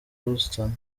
houston